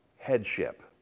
Headship